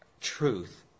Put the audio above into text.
truth